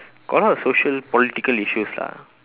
got a lot of social political issues lah